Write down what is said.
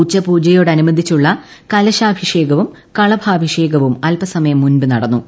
ഉച്ചപൂജയോടനുബന്ധിച്ചിച്ചുള്ള കലശാഭിഷേകവും കളഭാഭിഷേകവും അൽപസമയം മുമ്പു നടന്നു